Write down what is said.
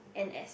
and accept